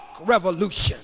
revolution